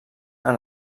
han